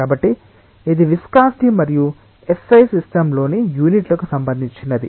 కాబట్టి ఇది విస్కాసిటి మరియు SI సిస్టమ్స్లోని యూనిట్లకు సంబంధించినది